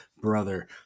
brother